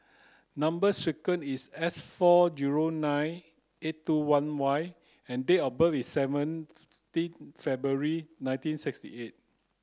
number sequence is S four zero nine eight two one Y and date of birth is seventeen February nineteen sixty eight